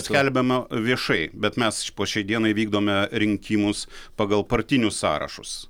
skelbiame viešai bet mes po šiai dienai vykdome rinkimus pagal partinius sąrašus